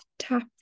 Tap